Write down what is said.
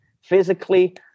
physically